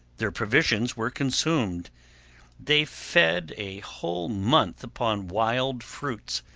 their provisions were consumed they fed a whole month upon wild fruits,